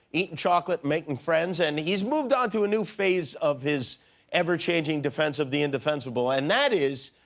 eating chocolate, making friends. and he's moved on to a new phase of his ever-changing defense of the indefensible. and that is,